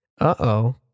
uh-oh